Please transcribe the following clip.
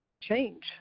change